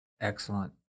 Excellent